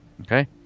okay